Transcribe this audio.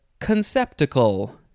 conceptical